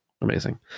Amazing